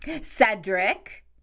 Cedric